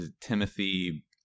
Timothy